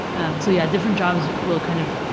and so yeah, different jobs will, kind of,